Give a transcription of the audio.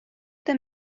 them